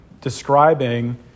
describing